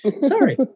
Sorry